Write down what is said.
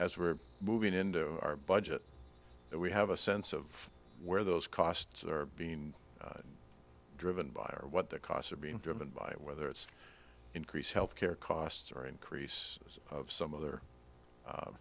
as we're moving into our budget that we have a sense of where those costs are being driven by what the costs are being driven by whether it's increased health care costs or increase of some other